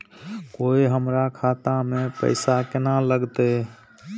कोय हमरा खाता में पैसा केना लगते?